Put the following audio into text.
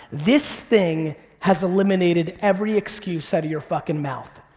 this thing has eliminated every excuse out of your fucking mouth.